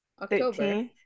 October